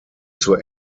zur